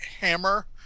hammer